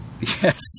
yes